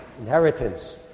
inheritance